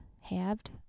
halved